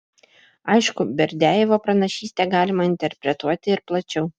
aišku berdiajevo pranašystę galima interpretuoti ir plačiau